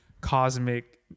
cosmic